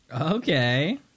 Okay